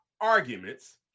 arguments